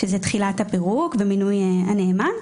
שזה תחילת הפירוק ומינוי הנאמן,